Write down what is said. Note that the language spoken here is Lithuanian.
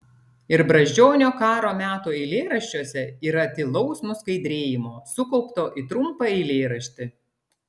ir brazdžionio karo metų eilėraščiuose yra tylaus nuskaidrėjimo sukaupto į trumpą eilėraštį